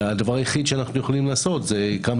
הדבר היחיד שאנחנו יכולים לעשות זה כמה